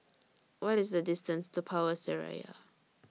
What IS The distance to Power Seraya